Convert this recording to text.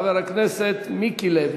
חבר הכנסת מיקי לוי.